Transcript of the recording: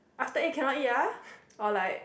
after eight cannot eat ah or like